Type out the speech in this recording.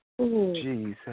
Jesus